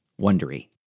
wondery